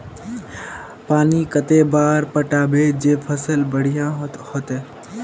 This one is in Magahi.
पानी कते बार पटाबे जे फसल बढ़िया होते?